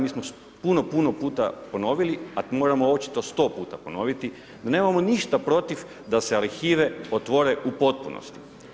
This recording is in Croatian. Mi smo puno, puno puta ponovili, a moramo očito sto puta ponoviti da nemamo ništa protiv da se arhive otvore u potpunosti.